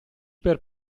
per